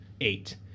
eight